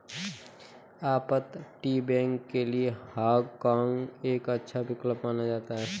अपतटीय बैंक के लिए हाँग काँग एक अच्छा विकल्प माना जाता है